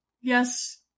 yes